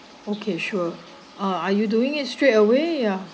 okay sure uh are you doing it straight away ya